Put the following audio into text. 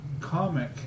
comic